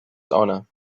honor